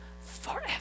forever